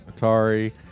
Atari